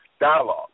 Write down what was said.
dialogue